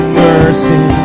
mercy